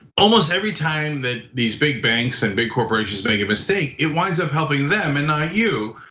almost every time that these big banks, and big corporations make a mistake it winds up helping them and not you.